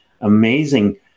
amazing